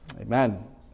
Amen